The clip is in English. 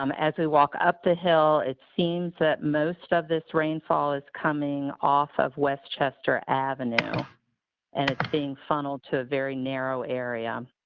um as we walk up the hill, it seems that most of this rainfall is coming off of west chester avenue and it's being funneled to a very narrow area.